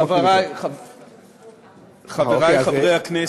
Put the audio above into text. חברי חברי הכנסת,